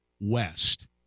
West